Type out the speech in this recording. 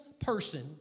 person